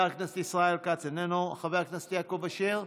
חבר הכנסת ישראל כץ, איננו, חבר הכנסת יעקב אשר,